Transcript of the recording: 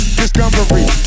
discovery